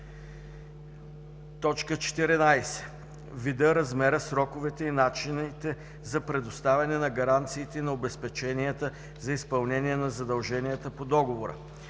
14. вида, размера, сроковете и начините за предоставяне на гаранциите и на обезпеченията за изпълнение на задълженията по договора;